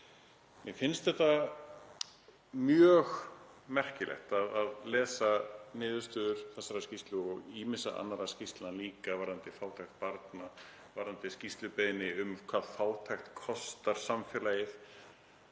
Mér finnst mjög merkilegt að lesa niðurstöður þessarar skýrslu og ýmissa annarra skýrslna líka varðandi fátækt barna, varðandi skýrslubeiðni um hvað fátækt kostar samfélagið